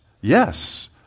Yes